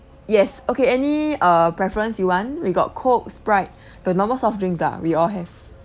yes okay any err preference you want we got coke sprite the normal soft drink lah we all have